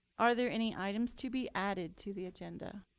are there any items to be added to the agenda?